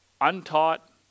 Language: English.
untaught